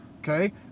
Okay